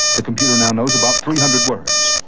the computer now knows about three hundred words.